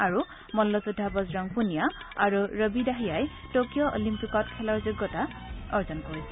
আৰু মল্লযোদ্ধা বজৰং পুনিয়া আৰু ৰবি দাহিয়াই টকিঅ' অলিম্পিকত খেলাৰ যোগ্যতা অৰ্জন কৰিছে